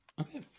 Okay